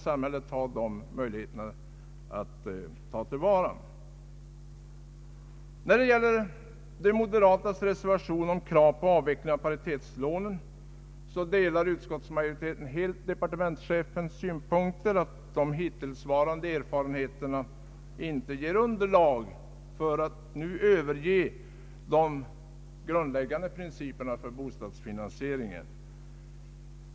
När det gäller de moderatas reservation om krav på avveckling av paritetslånen delar utskottsmajoriteten helt departementschefens synpunkt att de hittillsvarande erfarenheterna inte ger underlag för att nu överge de grundläggande principerna för bostadsfinansieringen.